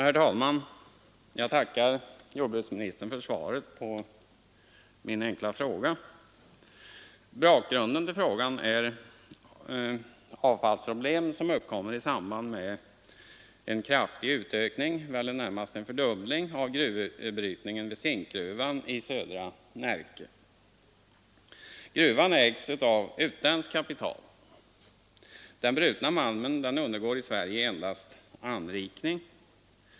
Herr talman! Jag tackar jordbruksministern för svaret på min enkla fråga. Bakgrunden till frågan är avfallsproblem som uppkommer i samband med en kraftig utökning av gruvbrytningen vid Zinkgruvan i södra Närke — det rör sig närmast om en fördubbling av verksamhetens omfattning. Gruvan ägs av utländskt kapital. Den brutna malmen undergår i Sverige endast anrikning.